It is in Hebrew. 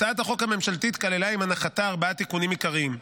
הצעת החוק הממשלתית כללה עם הנחתה ארבעה תיקונים עיקריים: